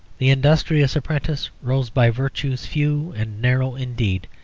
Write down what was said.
the industrious apprentice rose by virtues few and narrow indeed,